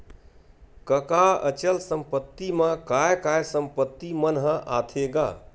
कका अचल संपत्ति मा काय काय संपत्ति मन ह आथे गा?